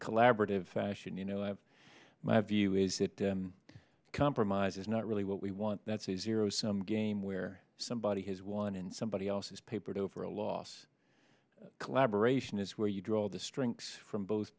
collaborative fashion you know i have my view is that compromise is not really what we want that's a zero sum game where somebody has won and somebody else's papered over a loss collaboration is where you draw the strengths from both